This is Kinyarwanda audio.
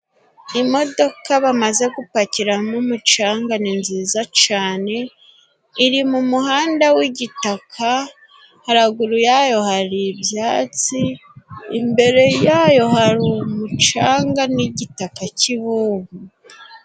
Imodoka bamaze gupakiramo umucanga ni nziza cyane, iri mu muhanda w'igitaka, haruguru ya yo hari ibyatsi, imbere ya yo hari umucanga n'igitaka cy'ibumba.